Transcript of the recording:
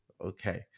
Okay